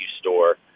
store